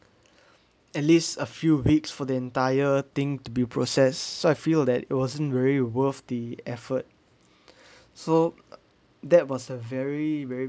at least a few weeks for the entire thing to be process so I feel that it wasn't very worth the effort so that was a very very